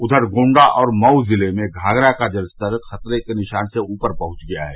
उघर गोण्डा और मऊ जिले में घाघरा का जलस्तर खतरे के निशान से ऊपर पहुंच गया है